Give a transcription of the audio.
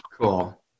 Cool